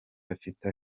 bafite